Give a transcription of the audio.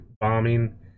bombing